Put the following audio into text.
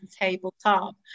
tabletop